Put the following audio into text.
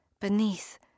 Beneath